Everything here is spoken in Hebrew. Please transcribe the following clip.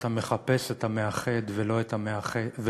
אתה מחפש את המאחד ולא את המפריד.